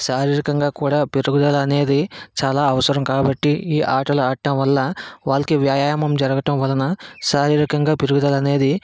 శారీరకంగా కూడా పెరుగుదల అనేది చాలా అవసరం కాబట్టి ఈ ఆటలు ఆట్టం వల్ల వాళ్ళకి వ్యాయామం జరగటం వలన శారీరకంగా పెరుగుదల అనేది